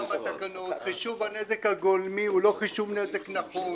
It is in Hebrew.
חישוב הנזק הגולמי הוא לא חישוב נזק נכון.